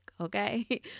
Okay